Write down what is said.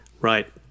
Right